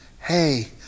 hey